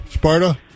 sparta